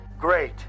Great